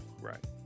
Right